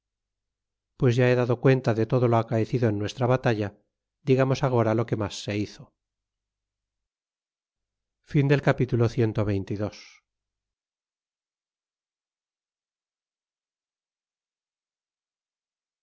pues ya he dado cuenta de todo lo acaecido en nuestra batalla digamos agora lo que mas se hizo